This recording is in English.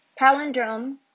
Palindrome